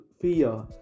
Fear